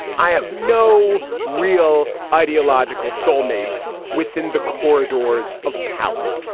i have no real ideological soulmates within the corridors of power.